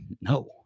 no